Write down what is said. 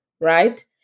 right